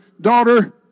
daughter